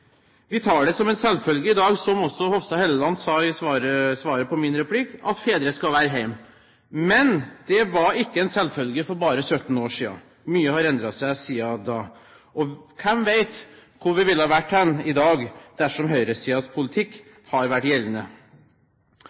Vi tar det som en selvfølge i dag, som også Hofstad Helleland sa i svaret på min replikk, at fedre skal være hjemme. Men det var ikke en selvfølge for bare 17 år siden. Mye har endret seg siden da. Hvem vet hvor vi ville vært i dag dersom høyresidens politikk hadde vært gjeldende.